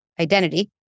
identity